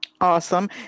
awesome